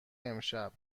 امشب